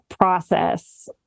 process